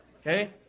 Okay